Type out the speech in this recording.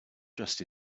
dressed